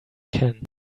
can